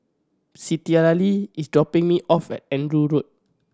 Citlalli is dropping me off at Andrew Road